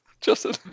Justin